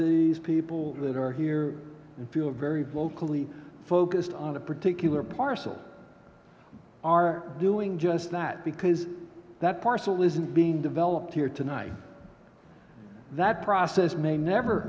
these people that are here and feel very vocally focused on a particular parcel are doing just that because that parcel isn't being developed here tonight that process may never